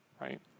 right